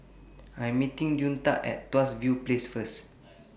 I Am meeting Deonta At Tuas View Place First